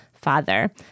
father